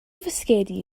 fisgedi